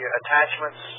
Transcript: attachments